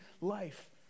life